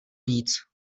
víc